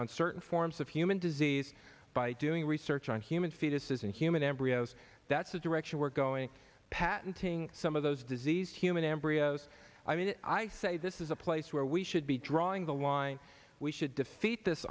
on certain forms of human disease by doing research on human fetuses and human embryos that's the direction we're going patenting some of those diseased human embryos i mean i say this is a place where we should be drawing the line we should defeat this